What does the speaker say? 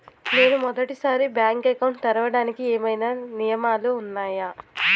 నేను మొదటి సారి బ్యాంక్ అకౌంట్ తెరవడానికి ఏమైనా నియమాలు వున్నాయా?